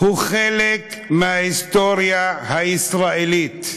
הוא חלק מההיסטוריה הישראלית.